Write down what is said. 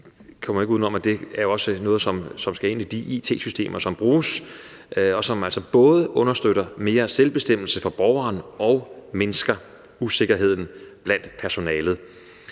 også er noget, der skal ind i de it-systemer, som bruges, som altså både skal understøtte mere selvbestemmelse for borgeren og mindske usikkerheden blandt personalet.